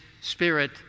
spirit